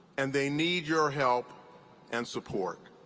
and they need your help and support.